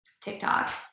tiktok